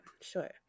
sure